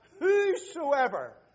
whosoever